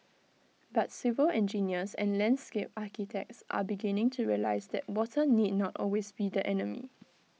but civil engineers and landscape architects are beginning to realise that water need not always be the enemy